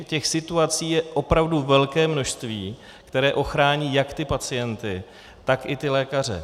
Těch situací je opravdu velké množství, které ochrání jak pacienty, tak i lékaře.